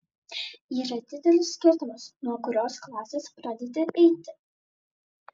yra didelis skirtumas nuo kurios klasės pradedi eiti